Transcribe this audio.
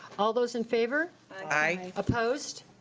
all those in favor? aye. opposed?